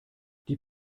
die